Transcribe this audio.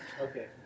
Okay